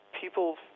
people